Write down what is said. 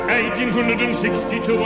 1862